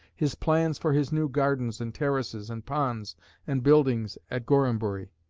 his plans for his new gardens and terraces and ponds and buildings at gorhambury.